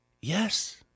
Yes